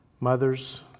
Mothers